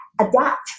adapt